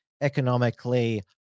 economically